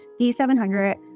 D700